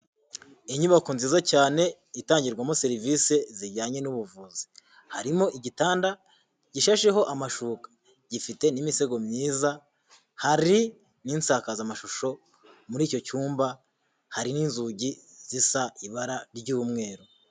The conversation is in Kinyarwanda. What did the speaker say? Inyubako nziza cyane itangirwamo serivisi zijyanye n'ubuvuzi harimo igitanda gishesheho amashuka gifite n'imisego myiza hari n'insakazamashusho muri icyo cyumba hari n'inzugi zisa ibara ry'umweru.